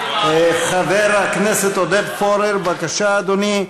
חבר הכנסת עודד פורר, בבקשה, אדוני.